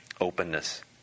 openness